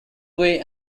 way